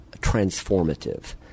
transformative